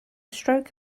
stroke